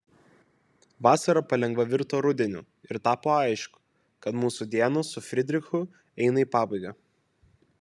vasara palengva virto rudeniu ir tapo aišku kad mūsų dienos su fridrichu eina į pabaigą